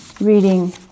reading